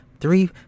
Three